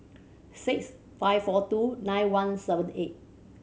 six five four two nine one seven eight